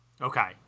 Okay